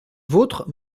vôtre